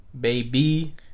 baby